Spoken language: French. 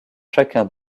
chacun